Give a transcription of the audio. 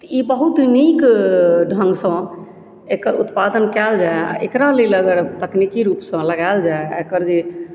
ई बहुत नीक ढ़ङ्गसँ एकर उत्पादन कयल जाय आओर एकरा लेल अगर तकनीकी रूपसँ लगायल जाय आओर एकर जे